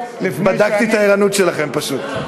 בדקתי את הערנות שלכם פשוט.